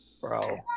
Bro